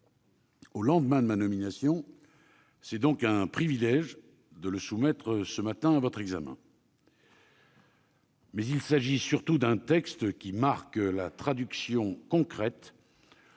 au lendemain de ma nomination. C'est donc un privilège de le soumettre ce matin à votre examen. Surtout, ce texte marque la traduction concrète